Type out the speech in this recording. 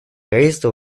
правительства